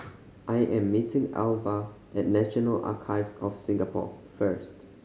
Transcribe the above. I am meeting Alva at National Archives of Singapore first